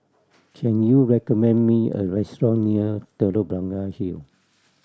can you recommend me a restaurant near Telok Blangah Hill